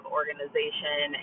organization